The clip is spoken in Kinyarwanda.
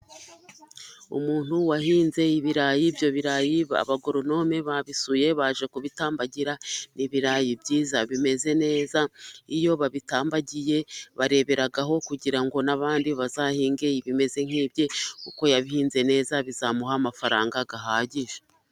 Umuntu wahinze ibirayi, ibyo birayi ba abagoronome babisuye baje kubitambagira, n'ibirayi byiza bimeze neza, iyo babitambagiye bareberagaho, kugira ngo n'abandi bazahinge ibimeze nk'ibye, uko yabihinze neza, bizamuha amafaranga ahagije.